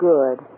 Good